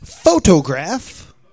Photograph